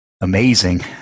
amazing